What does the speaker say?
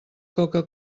coca